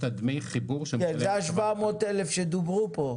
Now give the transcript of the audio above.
כן זה ה-700,000 ₪ שדוברו פה.